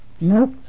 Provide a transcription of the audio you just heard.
Nope